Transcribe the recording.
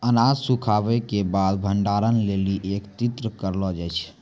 अनाज सूखैला क बाद भंडारण लेलि एकत्रित करलो जाय छै?